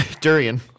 Durian